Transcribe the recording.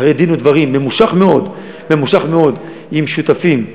אחרי דין ודברים ממושך מאוד עם שותפים,